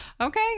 okay